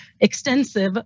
extensive